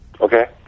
Okay